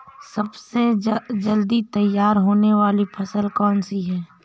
सबसे जल्दी तैयार होने वाली फसल कौन सी है?